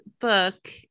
book